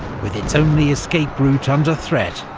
with its only escape route under threat,